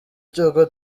cy’uko